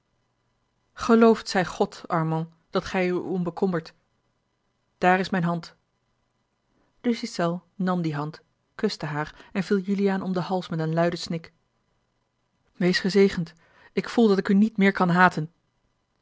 geloofd zij god armand dat gij er u om bekommert daar is mijne hand de ghiselles nam die hand kuste haar en viel juliaan om den hals met een luiden snik wees gezegend ik voel dat ik u niet meer kan haten